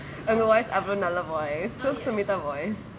உங்க:unga voice அவளோ நல்ல:avalo nalla voice silk simitha voice